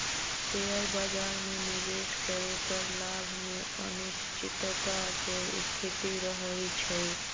share बाजार में निवेश करे पर लाभ में अनिश्चितता के स्थिति रहइ छइ